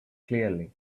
clearly